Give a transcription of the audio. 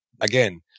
Again